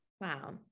wow